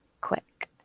Quick